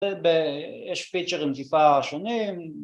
ב.. יש פיצ'רים טיפה שונים